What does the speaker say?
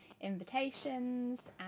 invitations